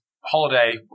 holiday